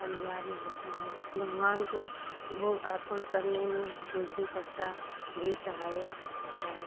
अनिवार्य होता है भगवान को भोग अर्पण करने में तुलसी पत्ता भी सहायक होता है